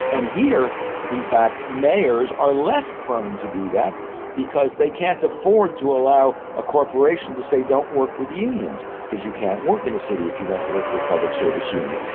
and here in fact mayors are less prone to do that because they can't afford to allow a corporation to say don't work with the unions, because you can't work in a city if you don't work with public service unions.